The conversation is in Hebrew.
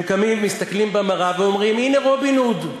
הם קמים, מסתכלים במראה ואומרים: הנה רובין הוד.